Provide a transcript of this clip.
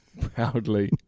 proudly